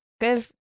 Good